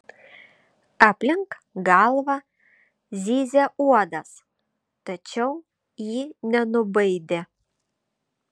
aplink galvą zyzė uodas tačiau ji nenubaidė